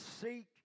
seek